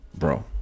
Bro